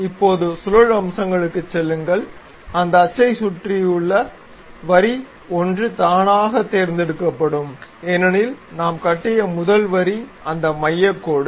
இப்போது சுழல் அம்சங்களுக்குச் செல்லுங்கள் இந்த அச்சைச் சுற்றியுள்ள வரி 1 தானாக ஆகத் தேர்ந்தெடுக்கப்படும் ஏனெனில் நாம் கட்டிய முதல் வரி அந்த மையக் கோடு